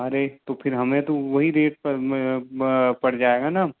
अरे तो फिर हमें तो वही रेट पड़ जाएगा ना